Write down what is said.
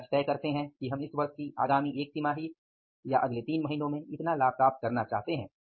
आप लक्ष्य तय करते हैं कि हम इस वर्ष की आगामी एक त्तिमाही या अगले 3 महीनों में इतना लाभ प्राप्त करना चाहते हैं